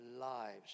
lives